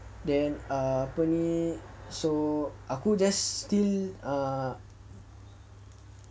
then apa ni so aku just still err